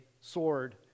sword